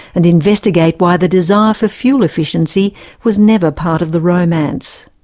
and investigate why the desire for fuel efficiency was never part of the romance.